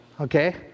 okay